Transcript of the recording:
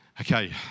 Okay